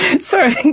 sorry